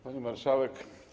Pani Marszałek!